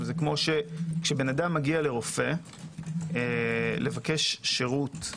זה כמו שכשאדם מגיע לרופא, לבקש שירות,